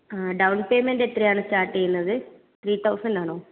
ആ down payment എത്രയാണ് start ചെയ്യുന്നത് ത്രീ തൌസൻഡ് ആണോ